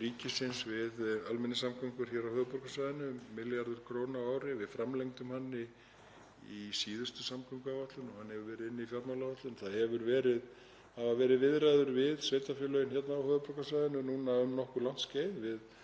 ríkisins við almenningssamgöngur á höfuðborgarsvæðinu, um milljarður króna á ári. Við framlengdum hann í síðustu samgönguáætlun og hann hefur verið inni í fjármálaáætlun. Það hafa verið viðræður við sveitarfélögin hérna á höfuðborgarsvæðinu núna um nokkuð langt skeið. Við